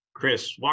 Chris